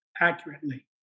accurately